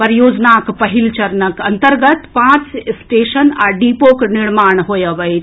परियोजनाक पहिल चरणक अन्तर्गत पांच स्टेशन आ डिपोक निर्माण होएब अछि